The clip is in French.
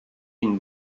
une